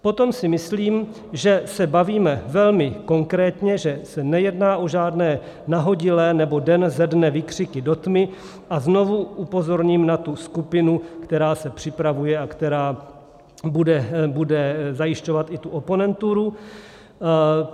Potom si myslím, že se bavíme velmi konkrétně, že se nejedná o žádné nahodilé nebo den ze dne výkřiky do tmy, a znovu upozorním na tu skupinu, která se připravuje a která bude zajišťovat i tu oponenturu.